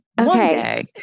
Okay